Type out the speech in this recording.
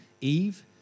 Eve